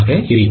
62